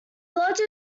lodged